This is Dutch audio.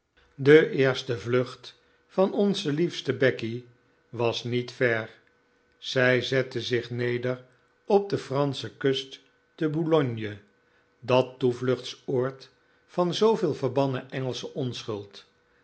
de eerste vlucht van onze liefste becky was niet ver zij zette zich neder op de fransche kust te boulogne dat toevluchtsoord van zooveel verbannen engelsche onschuld